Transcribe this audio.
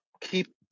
keep